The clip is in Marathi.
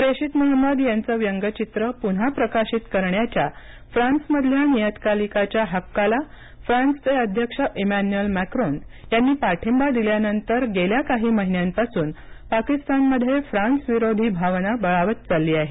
प्रेषित महमद यांचं व्यंग्यचित्र पुन्हा प्रकशित करण्याच्या फ्रान्समधल्या नियतकालिकाच्या हक्काला फ्रान्सचे अध्यक्ष इमॅन्युएल मॅक्रोन पाठींबा दिल्यानंतर गेल्या काही महिन्यांपासून पाकिस्तानमध्ये फ्रान्सविरोधी भावना बळावत चालली आहे